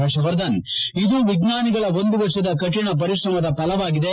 ಪರ್ಷವರ್ಧನ್ ಇದು ವಿಜ್ಞಾನಿಗಳ ಒಂದು ವರ್ಷದ ಕರಿಣ ಪರಿಶ್ರಮದ ಫಲವಾಗಿದೆ